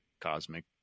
cosmic